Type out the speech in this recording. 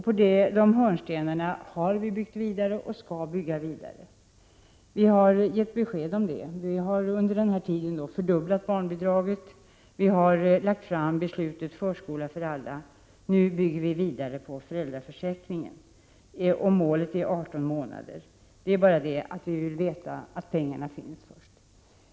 På de hörnstenarna har vi byggt vidare och skall vi bygga vidare. Vi har gett besked om det. Vi har under denna tid fördubblat barnbidraget. Vi har lagt fram beslutet förskola för alla. Nu bygger vi vidare på föräldraförsäkringen, och målet är 18 månader. Men vi vill veta att pengarna finns.